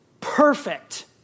perfect